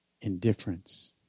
indifference